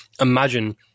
imagine